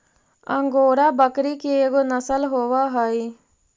angora बकरी के एगो नसल होवऽ हई